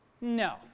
No